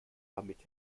damit